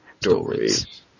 stories